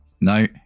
No